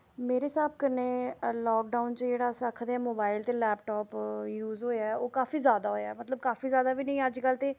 मेरे स्हाब कन्नै लाकडाउन च जेह्ड़ा अस आक्खै दे आं मोबाइल ते लैपटाप यूज होएआ ऐ ओह् काफी जैदा होएआ मतलब काफी जैदा बी निं अज्जकल ते